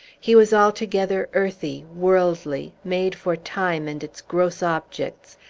he was altogether earthy, worldly, made for time and its gross objects,